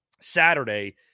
Saturday